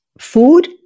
food